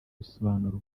bisobanura